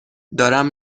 دارم